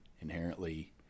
Inherently